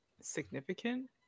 significant